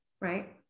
right